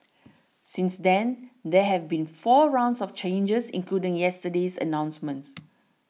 since then there have been four rounds of changes including yesterday's announcements